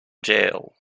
jail